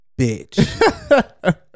bitch